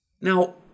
now